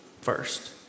first